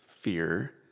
fear